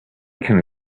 can